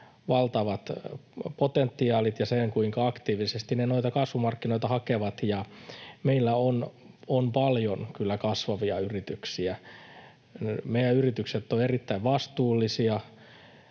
valtavat potentiaalit ja sen, kuinka aktiivisesti ne noita kasvumarkkinoita hakevat. Meillä on kyllä paljon kasvavia yrityksiä. Meidän yritykset ovat erittäin vastuullisia,